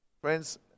Friends